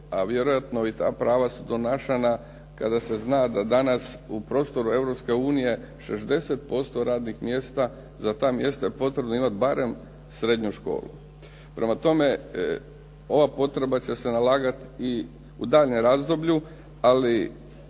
a vjerojatno i ta prava su donašana kada se zna da danas u prostoru Europske unije 60% radnih mjesta za ta mjesta potrebno je imati barem srednju školu. Prema tome, ova potreba će se nalagati i u daljnjem razdoblju. Ali